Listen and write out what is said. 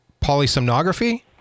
polysomnography